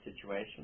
situation